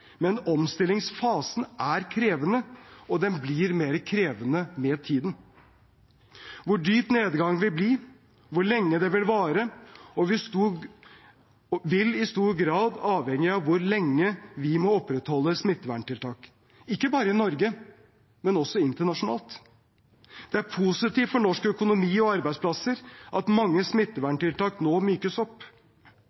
men omstillingsfasen er krevende, og den blir mer krevende med tiden. Hvor dyp nedgangen vil bli, og hvor lenge den vil vare, vil i stor grad avhenge av hvor lenge vi må opprettholde smitteverntiltak – ikke bare i Norge, men også internasjonalt. Det er positivt for norsk økonomi og arbeidsplasser at mange